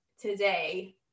today